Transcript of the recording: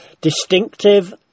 distinctive